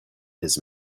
his